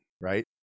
right